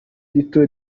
rito